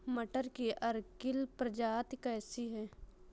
मटर की अर्किल प्रजाति कैसी है?